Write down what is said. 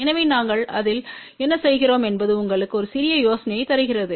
எனவே நாங்கள் அதில் என்ன செய்கிறோம் என்பது உங்களுக்கு ஒரு சிறிய யோசனையைத் தருகிறது